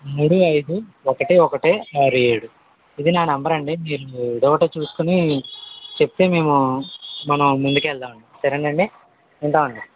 మూడు ఐదు ఒకటి ఒకటి ఆరు ఏడు ఇది నా నెంబర్ అండీ మీరేదో ఒకటి చూసుకొని చెప్తే మేము మనం ముందుకెళ్దామండి సరేనండి ఉంటామండి